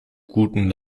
guten